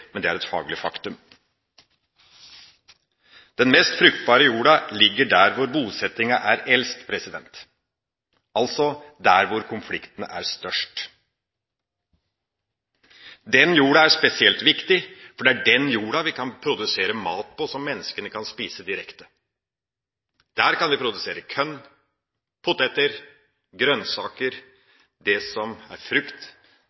men det er et faglig faktum. Den mest fruktbare jorda ligger der hvor bosettinga er eldst, altså der hvor konfliktene er størst. Den jorda er spesielt viktig, for det er den jorda vi kan produsere mat på som menneskene kan spise direkte. Der kan vi produsere korn, poteter, grønnsaker og frukt